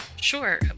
Sure